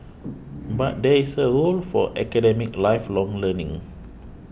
but there is a role for academic lifelong learning